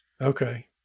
Okay